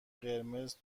قرمز